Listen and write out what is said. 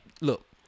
Look